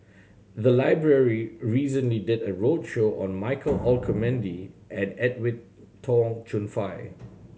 the library recently did a roadshow on Michael Olcomendy and Edwin Tong Chun Fai